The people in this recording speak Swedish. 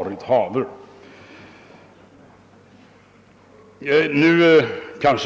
Där fick han överraskande nog i sista omgången ett instämmande